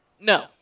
No